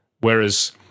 Whereas